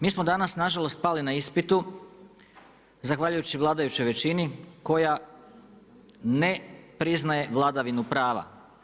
Mi smo danas nažalost pali na ispitu zahvaljujući vladajućoj većini koja ne priznaje vladavinu prava.